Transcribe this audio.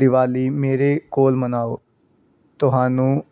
ਦੀਵਾਲੀ ਮੇਰੇ ਕੋਲ ਮਨਾਓ ਤੁਹਾਨੂੰ